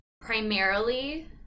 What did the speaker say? primarily